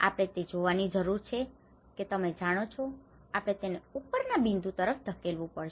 આપણે તે જોવાની જરૂર છે કે તમે જાણો છો કે આપણે તેને ઉપર ના બિંદુ તરફ ધકેલવું પડશે